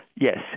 Yes